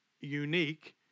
unique